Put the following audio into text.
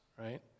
right